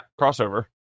crossover